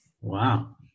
wow